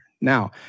Now